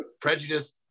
prejudice